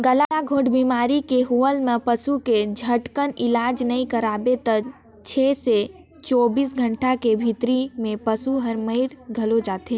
गलाघोंट बेमारी के होवब म पसू के झटकुन इलाज नई कराबे त छै से चौबीस घंटा के भीतरी में पसु हर मइर घलो जाथे